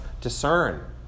discern